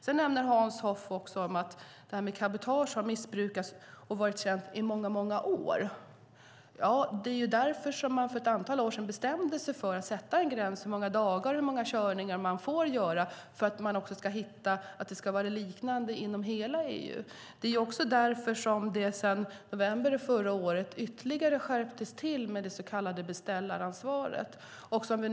Hans Hoff nämner också att cabotage har missbrukats och att det har varit känt i många år. För ett antal år sedan bestämde man att sätta en gräns för hur många dagar och körningar man får göra för att det ska vara liknande regler i hela EU. Sedan november förra året har man skärpt det så kallade beställaransvaret ytterligare.